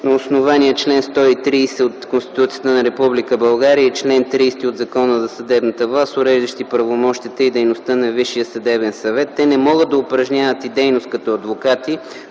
на основание чл. 130 от Конституцията на Република България и чл. 30 от Закона за съдебната власт, уреждащи правомощията и дейността на Висшия съдебен съвет. Те не могат да упражняват и дейност като адвокати,